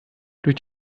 durch